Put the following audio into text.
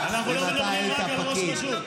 אם אתה היית פקיד,